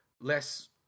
less